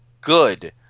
good